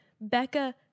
Becca